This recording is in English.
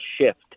shift